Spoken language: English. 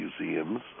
museums